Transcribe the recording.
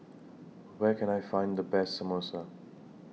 Where Can I Find The Best Samosa